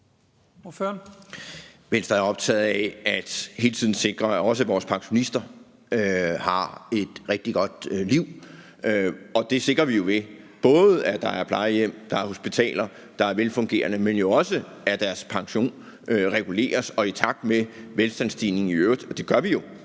Venstre er optaget af hele tiden at sikre, at også vores pensionister har et rigtig godt liv. Det sikrer vi jo både, ved at der er plejehjem og hospitaler, der er velfungerende, men jo også ved at deres pension reguleres – og i takt med velstandsstigningen i øvrigt. Det gør vi jo.